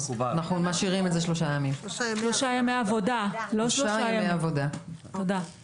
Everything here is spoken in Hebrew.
את הרשימה כך שאנשים שזקוקים לקנביס